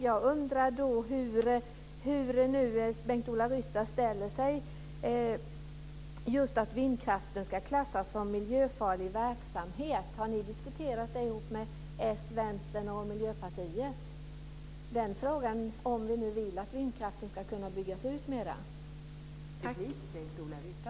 Jag undrar nu hur Bengt-Ola Ryttar ställer sig till att vindkraften ska klassas som miljöfarlig verksamhet. Har ni från Socialdemokraterna, Vänstern och Miljöpartiet diskuterat ihop er om detta, om ni vill att vindkraften ska kunna byggas ut ytterligare?